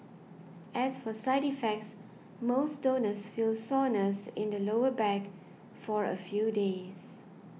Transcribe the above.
as for side effects most donors feel soreness in the lower back for a few days